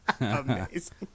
Amazing